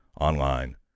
online